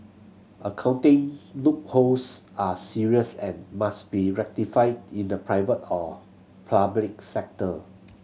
accounting loopholes are serious and must be rectified in the private or public sector